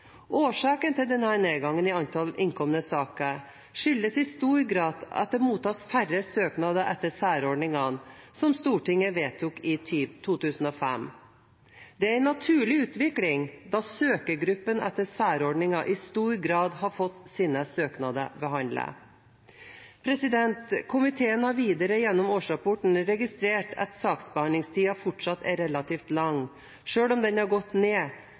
Årsaken til denne nedgangen i antall innkomne søknader skyldes i stor grad at det mottas færre søknader etter særordningene som Stortinget vedtok i 2005. Det er en naturlig utvikling, da søkergrupper etter særordningene i stor grad har fått sine søknader behandlet. Komiteen har videre gjennom årsrapporten registrert at saksbehandlingstiden fortsatt er relativt lang, selv om den har gått noe ned